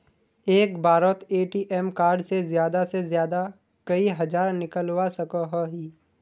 एक बारोत ATM card से ज्यादा से ज्यादा कई हजार निकलवा सकोहो ही?